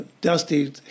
Dusty